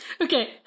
Okay